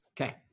Okay